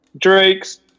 Drake's